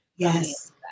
Yes